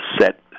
set